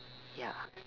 ya